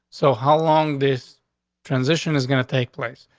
so how long this transition is going to take place?